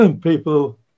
people